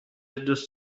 دوست